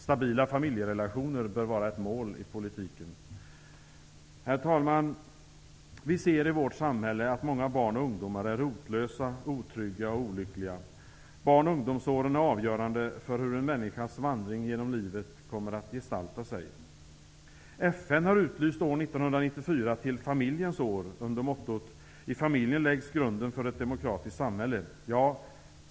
Stabila familjerelationer bör vara ett mål i politiken. Herr talman! Vi ser i vårt samhälle att många barn och ungdomar är rotlösa, otrygga och olyckliga. Barn och ungdomsåren är avgörande för hur en människas vandring genom livet kommer att gestalta sig. FN har utlyst år 1994 till Familjens år under mottot: ''I familjen läggs grunden för ett demokratiskt samhälle.''